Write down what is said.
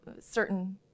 certain